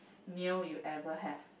meal you ever have